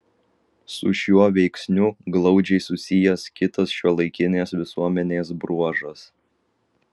su šiuo veiksniu glaudžiai susijęs kitas šiuolaikinės visuomenės bruožas